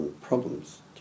problems